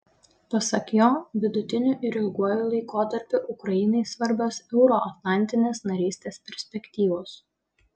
pasak jo vidutiniu ir ilguoju laikotarpiu ukrainai svarbios euroatlantinės narystės perspektyvos